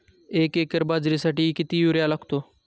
एक एकर बाजरीसाठी किती युरिया लागतो?